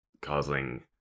causing